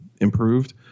improved